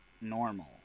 normal